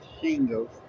shingles